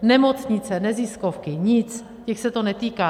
Nemocnice, neziskovky, nic, těch se to netýká.